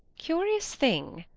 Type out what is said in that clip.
curious thing,